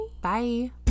Bye